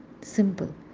Simple